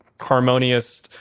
harmonious